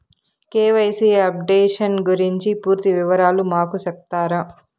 KYC updation గురించి పూర్తి వివరాలు మాకు సెప్తారా?